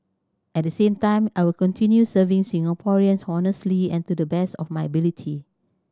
at the same time I will continue serving Singaporeans honestly and to the best of my ability